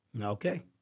Okay